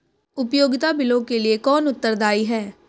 उपयोगिता बिलों के लिए कौन उत्तरदायी है?